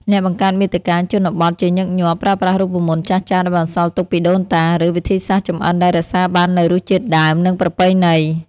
អ្នកបង្កើតមាតិកាជនបទជាញឹកញាប់ ប្រើប្រាស់រូបមន្តចាស់ៗ ដែលបន្សល់ទុកពីដូនតា ឬ វិធីសាស្រ្តចម្អិនដែលរក្សាបាននូវរសជាតិដើម និងប្រពៃណី។